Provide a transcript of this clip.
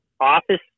office